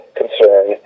concern